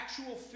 actual